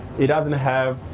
it doesn't have